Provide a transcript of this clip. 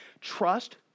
Trust